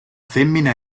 femmina